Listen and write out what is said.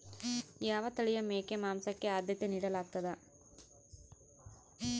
ಯಾವ ತಳಿಯ ಮೇಕೆ ಮಾಂಸಕ್ಕೆ, ಆದ್ಯತೆ ನೇಡಲಾಗ್ತದ?